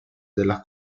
della